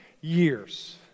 years